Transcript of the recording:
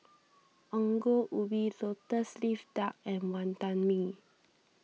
Ongol Ubi Lotus Leaf Duck and Wantan Mee